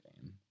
game